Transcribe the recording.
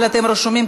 אני קובעת כי